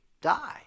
Die